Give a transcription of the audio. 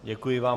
Děkuji vám.